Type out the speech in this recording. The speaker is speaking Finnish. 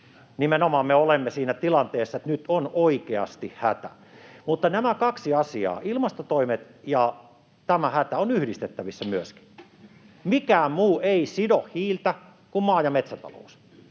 Nimenomaan me olemme siinä tilanteessa, että nyt on oikeasti hätä. Mutta nämä kaksi asiaa, ilmastotoimet ja tämä hätä, ovat myöskin yhdistettävissä. Mikään muu ei sido hiiltä kuin maa- ja metsätalous.